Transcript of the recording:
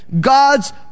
God's